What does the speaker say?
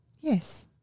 yes